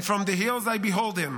and from the hills I behold him: